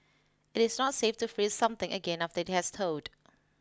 it is not safe to freeze something again after it has thawed